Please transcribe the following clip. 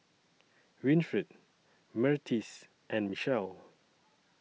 Winfred Myrtis and Michelle